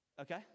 Okay